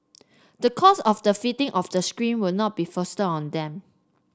the cost of the fitting of the screen will not be foisted on them